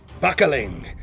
buckling